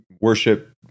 worship